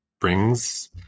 brings